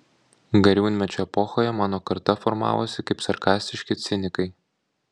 gariūnmečio epochoje mano karta formavosi kaip sarkastiški cinikai